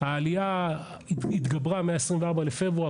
מאז ה-24 בפברואר,